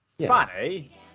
Funny